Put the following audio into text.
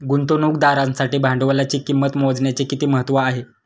गुंतवणुकदारासाठी भांडवलाची किंमत मोजण्याचे किती महत्त्व आहे?